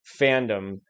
fandom